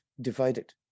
divided